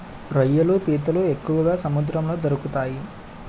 రొయ్యలు పీతలు ఎక్కువగా సముద్రంలో దొరుకుతాయి